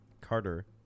Carter